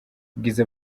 ubwiza